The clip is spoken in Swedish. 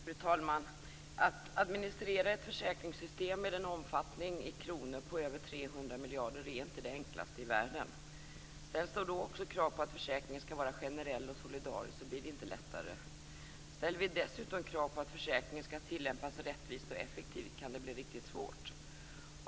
Fru talman! Att administrera ett försäkringssystem med en omfattning i kronor på över 300 miljarder är inte det enklaste i världen. Ställs det också krav på att försäkringen skall vara generell och solidarisk blir det inte lättare. Ställs det dessutom krav på att försäkringen skall tillämpas rättvist och effektivt kan det bli riktigt svårt.